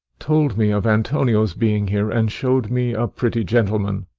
told me of antonio's being here, and show'd me a pretty gentleman,